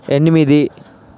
ఎనిమిది